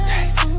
Taste